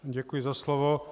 Děkuji za slovo.